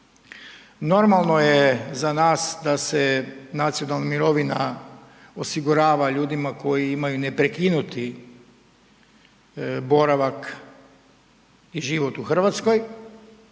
Normalno je za nas da se nacionalna mirovina osigurava ljudima koji imaju neprekinuti boravak i život u Hrvatskoj